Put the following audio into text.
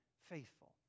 faithful